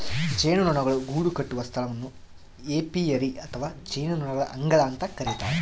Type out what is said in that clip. ಜೇನುನೊಣಗಳು ಗೂಡುಕಟ್ಟುವ ಸ್ಥಳವನ್ನು ಏಪಿಯರಿ ಅಥವಾ ಜೇನುನೊಣಗಳ ಅಂಗಳ ಅಂತ ಕರಿತಾರ